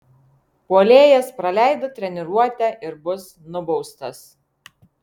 puolėjas praleido treniruotę ir bus nubaustas